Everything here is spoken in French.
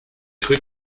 cru